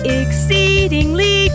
exceedingly